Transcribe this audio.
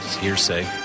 Hearsay